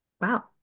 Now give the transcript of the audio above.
Wow